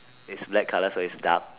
it's black colour so it's dark